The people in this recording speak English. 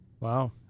Wow